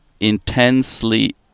intensely